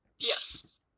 Yes